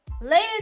later